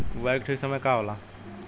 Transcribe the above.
बुआई के ठीक समय का होला?